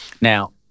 Now